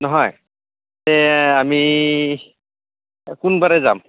নহয় এই আমি কোনবাৰে যাম